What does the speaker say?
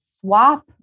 swap